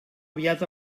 aviat